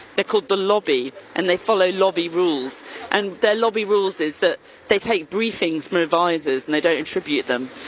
they're called the lobby and they follow lobby rules and their lobby rules is that they take briefings, from but advisors and they don't attribute them.